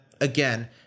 Again